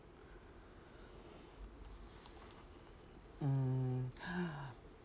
mm ah